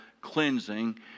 cleansing